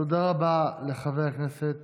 תודה רבה לחבר הכנסת